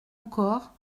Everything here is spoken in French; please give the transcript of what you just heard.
encore